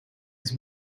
his